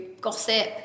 gossip